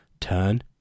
turn